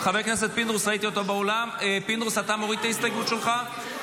חבר הכנסת פינדרוס, אתה מוריד את ההסתייגות שלך?